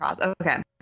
okay